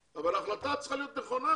ההחלטה צריכה להיות נכונה